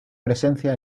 presencia